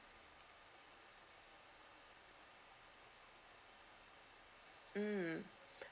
mm